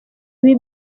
ibi